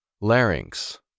Larynx